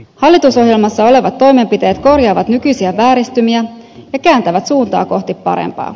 hallitusohjelmassa olevat toimenpiteet korjaavat nykyisiä vääristymiä ja kääntävät suuntaa kohti parempaa